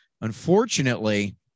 Unfortunately